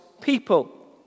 people